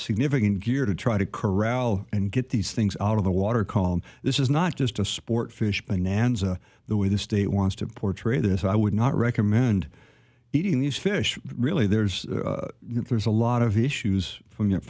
significant gear to try to corral and get these things out of the water column this is not just a sport fish bonanza the way the state wants to portray this i would not recommend eating these fish really there's there's a lot of issues from that